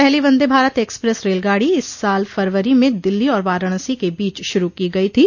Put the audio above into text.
पहली वंदे भारत एक्सप्रेस रेलगाड़ी इस साल फरवरी में दिल्ली और वाराणसी के बीच शुरू की गई थी